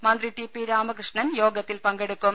മന്ത്രി T P Ramakrishnan യോഗത്തിൽ പങ്കെടുക്കും